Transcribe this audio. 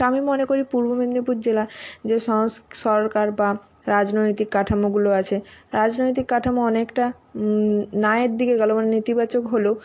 তো আমি মনে করি পূর্ব মেদনীপুর জেলা সে সংস যে সরকার বা রাজনৈতিক কাঠামোগুলো আছে রাজনৈতিক কাঠামো অনেকটা না এর দিকে গেলো মানে নেতিবাচক হলো